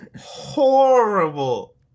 horrible